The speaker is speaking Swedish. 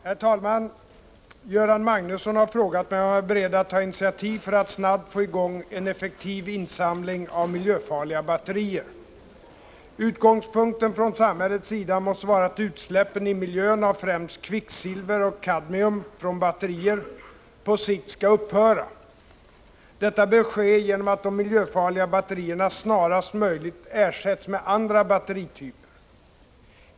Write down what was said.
Herr talman! Göran Magnusson har frågat mig om jag är beredd att ta initiativ för att snabbt få i gång en effektiv insamling av miljöfarliga batterier. Utgångspunkten från samhällets sida måste vara att utsläppen i miljön av främst kvicksilver och kadmium från batterier på sikt skall upphöra. Detta bör ske genom att de miljöfarliga batterierna snarast möjligt ersätts med andra batterityper.